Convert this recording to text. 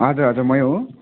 हजुर हजुर मै हो